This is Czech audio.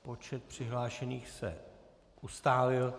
Počet přihlášených se ustálil.